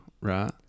Right